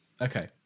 Okay